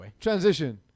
Transition